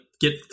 get